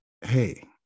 Hey